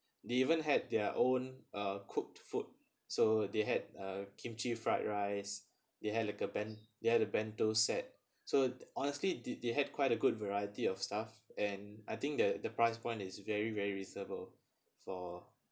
they even had their own uh cooked food so they had a kimchi fried rice they have like a ben~ they have a bento set so honestly they they had quite a good variety of stuff and I think that the price point is very very reasonable for